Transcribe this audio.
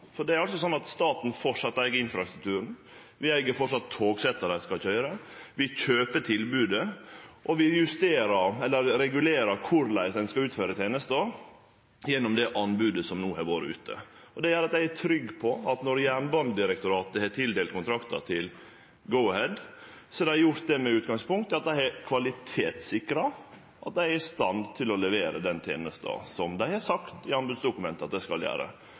Det er framleis slik at det er staten som eig infrastrukturen, og vi eig framleis togsetta dei skal køyre. Vi kjøper tilbodet, og vi regulerer korleis ein skal utføre tenesta, gjennom det anbodet som no har vore ute. Det gjer at eg er trygg på at når Jernbanedirektoratet har tildelt kontraktar til Go-Ahead, har dei gjort det med utgangspunkt i at dei har kvalitetssikra at Go-Ahead er i stand til å levere den tenesta som dei ifølgje anbodsdokumentet skal gjere. Det er fornøyeleg når Arbeidarpartiet no forargar seg veldig over at